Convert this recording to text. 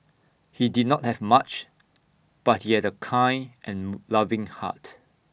he did not have much but he had A kind and loving heart